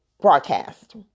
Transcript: broadcast